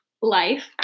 life